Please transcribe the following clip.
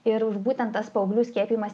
ir už būtent tas paauglių skiepijimas